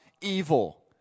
evil